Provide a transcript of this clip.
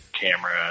camera